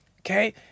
Okay